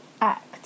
act